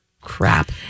crap